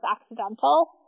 accidental